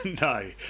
No